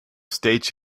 stage